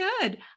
good